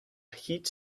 heat